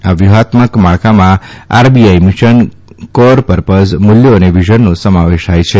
આ વ્યુહાત્મક માળખામાં આરબીઆઈ મિશન કોર પરપઝ મુલ્યો અને વિઝનનો સમાવેશ થાય છે